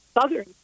southern